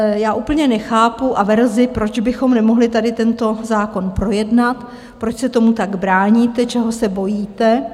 Já úplně nechápu averzi, proč bychom nemohli tady tento zákon projednat, proč se tomu tak bráníte, čeho se bojíte.